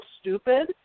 stupid